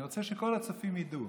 אני רוצה שכל הצופים ידעו.